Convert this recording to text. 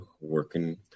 working